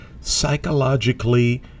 psychologically